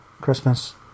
Christmas